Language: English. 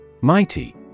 MIGHTY